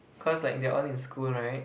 cause like they are all in school right